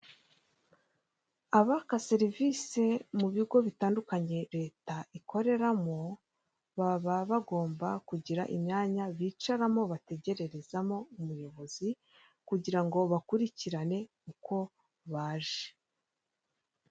Abaka serivisi mu bigo bitandukanye leta ikoreramo baba bagomba kugira imyanya bicaramo bategererezamo umuyobozi, kugira ngo bakurikirane uko baje.